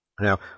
Now